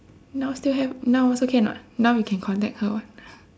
now still have now also can [what] now you can contact her [what]